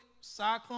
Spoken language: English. cyclone